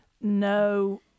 no